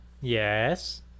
Yes